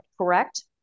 correct